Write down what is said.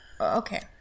Okay